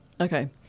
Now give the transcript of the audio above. okay